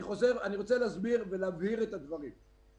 אני רוצה להבהיר את הדברים.